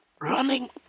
Running